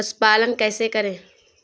पशुपालन कैसे करें?